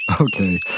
Okay